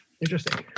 Interesting